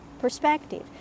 perspective